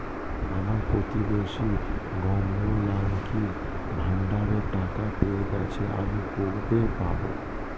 আমার প্রতিবেশী গাঙ্মু, লক্ষ্মীর ভান্ডারের টাকা পেয়ে গেছে, আমি কবে পাব?